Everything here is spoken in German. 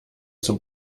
zum